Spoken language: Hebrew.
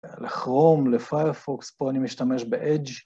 לכרום, לפיירפוקס, פה אני משתמש ב-edge